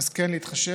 אז כן להתחשב.